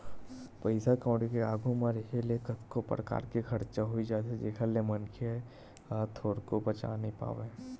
पइसा कउड़ी के आघू म रेहे ले कतको परकार के खरचा होई जाथे जेखर ले मनखे ह थोरको बचा नइ पावय